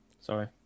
Sorry